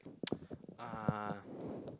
uh